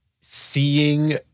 seeing